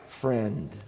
friend